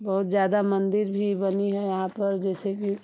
बहुत ज़्यादा मंदिर भी बनी है यहाँ पर जैसे कि